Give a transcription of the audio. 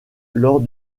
lors